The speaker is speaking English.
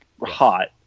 hot